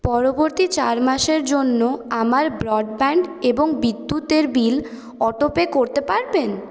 পরবর্তী চার মাসের জন্য আমার ব্রডব্যান্ড এবং বিদ্যুতের বিল অটোপে করতে পারবেন